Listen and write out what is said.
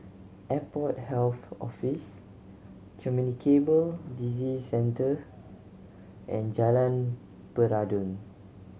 Airport Health Office Communicable Disease Centre and Jalan Peradun